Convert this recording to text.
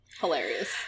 Hilarious